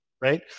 right